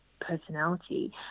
personality